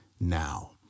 now